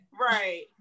Right